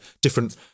different